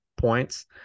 points